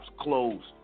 closed